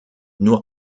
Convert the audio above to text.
nur